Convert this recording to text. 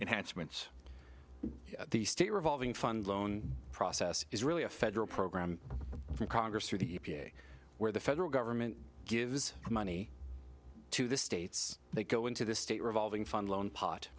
enhancements the state revolving fund loan process is really a federal program for congress or the e p a where the federal government gives money to the states they go into the state revolving fund loan pot